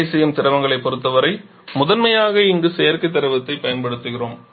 வேலை செய்யும் திரவங்களைப் பொறுத்தவரை முதன்மையாக இங்கு செயற்கை திரவத்தைப் பயன்படுத்துகிறோம்